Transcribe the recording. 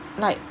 like